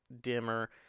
dimmer